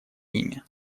ними